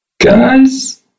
Guys